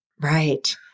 Right